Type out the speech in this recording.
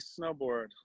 snowboard